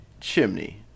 chimney